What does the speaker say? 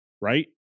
right